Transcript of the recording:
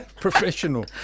Professional